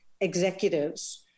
executives